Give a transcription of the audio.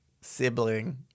sibling